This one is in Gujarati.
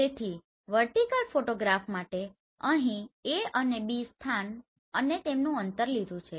તેથી વર્ટીકલ ફોટોગ્રાફ માટે અહી A અને B સ્થાન અને તેમનું અંતર લીધું છે